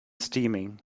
steaming